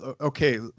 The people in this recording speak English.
Okay